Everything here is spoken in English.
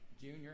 junior